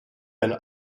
been